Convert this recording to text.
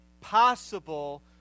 possible